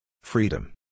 Freedom